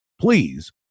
please